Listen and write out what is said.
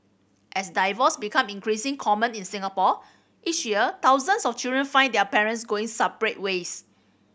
as divorce become increasing common in Singapore each year thousands of children find their parents going separate ways